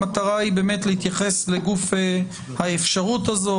המטרה היא להתייחס לגוף האפשרות הזאת,